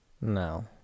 No